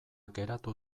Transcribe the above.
geratu